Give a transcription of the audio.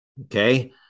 Okay